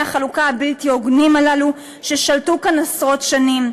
החלוקה הבלתי-הוגנים הללו ששלטו כאן עשרות שנים.